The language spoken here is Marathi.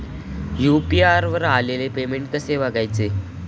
यु.पी.आय वर आलेले पेमेंट कसे बघायचे?